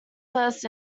first